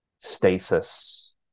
stasis